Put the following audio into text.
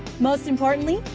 most importantly,